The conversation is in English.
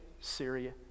Syria